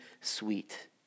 sweet